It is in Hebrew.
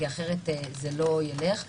אחרת זה לא ילך.